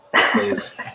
please